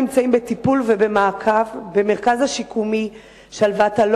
נמצאים בטיפול ובמעקב במרכז השיקומי 'שלוותא'.